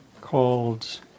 called